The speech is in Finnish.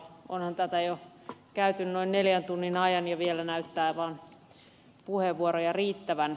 onhan tätä jo käyty noin neljän tunnin ajan ja vielä näyttää vaan puheenvuoroja riittävän